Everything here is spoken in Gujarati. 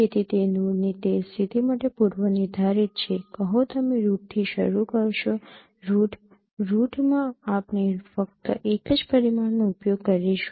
તેથી તે નોડની તે સ્થિતિ માટે પૂર્વનિર્ધારિત છે કહો તમે રૂટથી શરૂ કરશો રૂટ રૂટમાં આપણે ફક્ત એક જ પરિમાણનો ઉપયોગ કરીશું